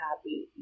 happy